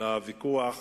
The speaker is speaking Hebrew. לוויכוח